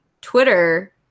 Twitter